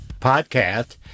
podcast